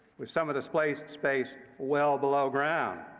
with some of the space space well below ground.